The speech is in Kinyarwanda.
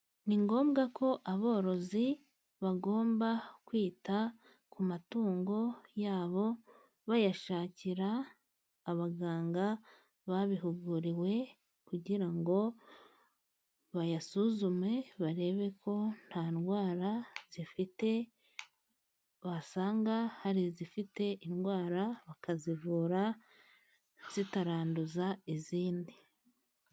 Ni ngombwa ko aborozi bagomba kwita ku matungo yabo bayashakira abaganga babihuguriwe, kugira ngo bayasuzume barebe ko nta ndwara zifite, basanga hari izifite indwara bakazivura zitaranduza izindi.